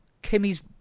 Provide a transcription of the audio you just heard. Kimmy's